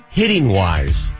hitting-wise